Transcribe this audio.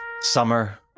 Summer